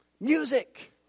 Music